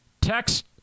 Text